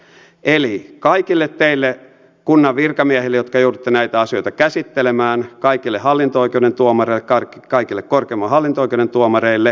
eli kaikille teille kunnan virkamiehille jotka joudutte näitä asioita käsittelemään kaikille hallinto oikeuden tuomareille kaikille korkeimman hallinto oikeuden tuomareille